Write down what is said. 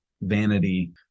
vanity